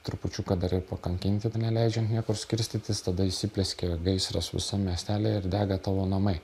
trupučiuką dar ir pakankinti neleidžiant niekur skirstytis tada įsiplieskė gaisras visam miestely ir dega tavo namai